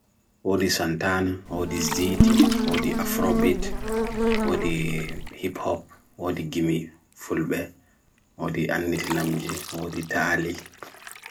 Bii, bees woni sabu nefaama, ko eweni hokkita, njahi haɓre fiwwinɓe ɗiɗi mo hokka naatoo fi. Bees waɗi miijeeji fowru e ndyengal ngal.